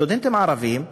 סטודנטים ערבים,